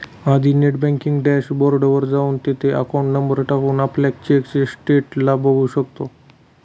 आधी net banking dashboard वर जाऊन, तिथे अकाउंट नंबर टाकून, आपल्या चेकच्या स्टेटस ला बघू शकतो